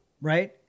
right